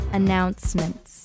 announcements